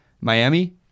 Miami